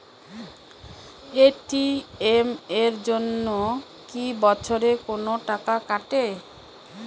ATM এর জন্যে কি বছরে কোনো টাকা কাটে?